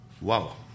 Wow